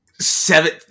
Seven